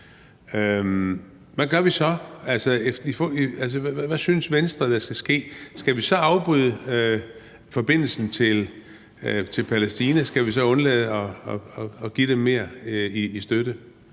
Hvad gør vi så? Hvad synes Venstre der skal ske? Skal vi så afbryde forbindelsen til Palæstina, skal vi så undlade at give dem mere i støtte,